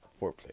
Foreplay